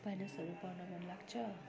उपन्यासहरू पढ्न मन लाग्छ